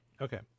Okay